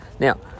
Now